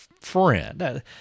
friend